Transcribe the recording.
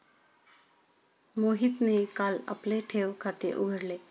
मोहितने काल आपले ठेव खाते उघडले